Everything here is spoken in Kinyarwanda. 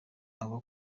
abo